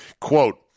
Quote